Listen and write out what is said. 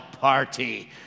party